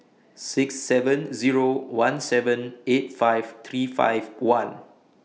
six seven Zero one seven eight five three five one